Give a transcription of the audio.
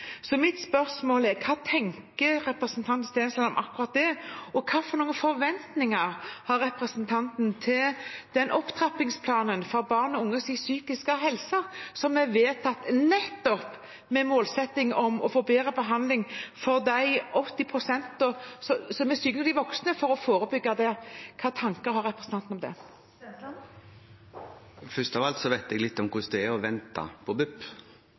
Så mitt spørsmål er: Hva tenker representanten Stensland om akkurat det? Og hvilke forventninger har representanten til opptrappingsplanen for barn og unges psykiske helse, som er vedtatt nettopp med målsetting om å få bedre behandling for de 80 pst. som er psykisk syke i voksen alder, for å forebygge det? Hvilke tanker har representanten om det? Først av alt vet jeg litt om hvordan det er å vente på